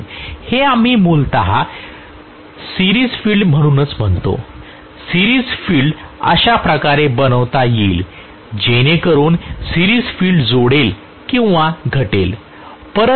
प्राध्यापक हे आम्ही मूलतः सिरीज फील्ड म्हणूनच म्हणतो सिरीज फील्ड अशा प्रकारे बनवता येईल जेणेकरून सिरीज फील्ड जोडेल किंवा घटेल